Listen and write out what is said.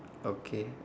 okay